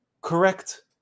correct